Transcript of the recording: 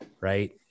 right